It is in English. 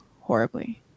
horribly